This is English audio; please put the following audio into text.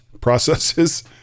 processes